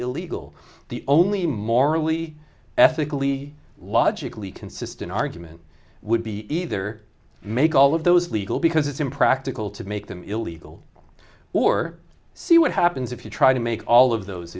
illegal the only morally ethically logically consistent argument would be either make all of those legal because it's impractical to make them illegal or see what happens if you try to make all of those